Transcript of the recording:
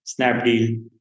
Snapdeal